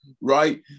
right